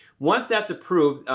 once that's approved,